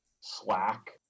slack